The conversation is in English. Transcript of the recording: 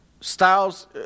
Styles